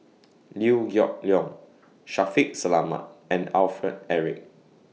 Liew Geok Leong Shaffiq Selamat and Alfred Eric